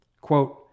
Quote